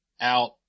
out